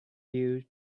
you